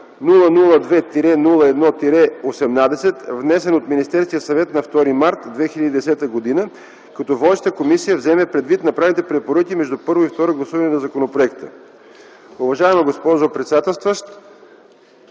002-01-18, внесен от Министерския съвет на 2 март 2010 г., като водещата комисия вземе предвид направените препоръки между първо и второ гласуване на законопроекта.”